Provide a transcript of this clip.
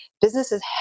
businesses